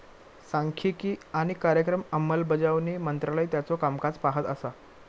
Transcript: सांख्यिकी आणि कार्यक्रम अंमलबजावणी मंत्रालय त्याचो कामकाज पाहत असा